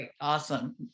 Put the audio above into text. awesome